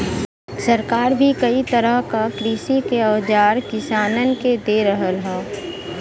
सरकार भी कई तरह क कृषि के औजार किसानन के दे रहल हौ